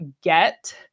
get